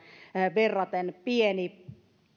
verraten pieni